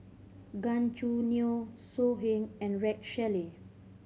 Gan Choo Neo So Heng and Rex Shelley